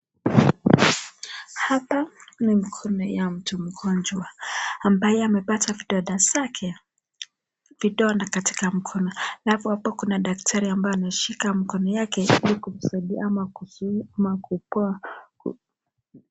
Hapa ni mkono ya mtu mgonjwa ambaye amepata vidonda zake vidonda katika mkono halafu hapo kuna daktari ambaye ameshika mkono yake ili kumsaidia ama kuzuia ama kupoa.